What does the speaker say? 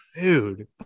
Dude